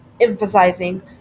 emphasizing